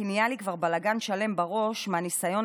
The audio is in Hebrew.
כי נהיה לי כבר בלגן שלם בראש מהניסיון